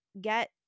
get